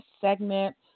segment